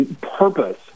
purpose